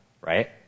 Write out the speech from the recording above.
right